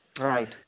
Right